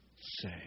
say